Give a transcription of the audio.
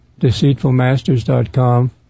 deceitfulmasters.com